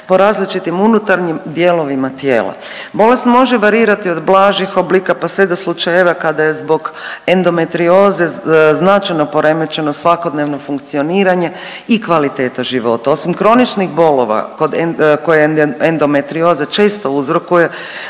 po različitim unutarnjim dijelovima tijela. Bolest može varirati od blažih oblika pa sve do slučajeva kada je zbog endometrioze značajno poremećeno svakodnevno funkcioniranje i kvaliteta života. Osim kroničnih bolova koje endometrioza često uzrokuje